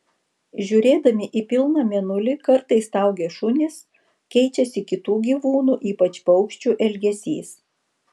žiūrėdami į pilną mėnulį kartais staugia šunys keičiasi kitų gyvūnų ypač paukščių elgesys